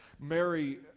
Mary